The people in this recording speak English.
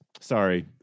Sorry